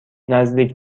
نزدیک